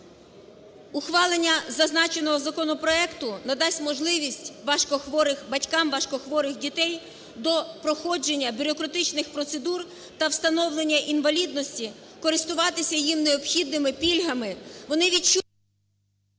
Ухвалення зазначеного законопроекту надасть можливість батькам важкохворих дітей до проходження бюрократичних процедур та встановлення інвалідності, користуватися їм необхідними пільгами. Вони… ГОЛОВУЮЧИЙ.